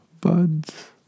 buds